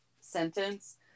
sentence